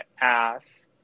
ass